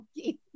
Okay